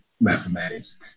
mathematics